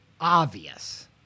obvious